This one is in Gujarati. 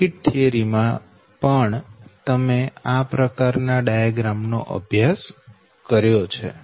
સર્કિટ થીયરી માં પણ તમે આ પ્રકાર ના ડાયાગ્રામ નો અભ્યાસ કર્યો છે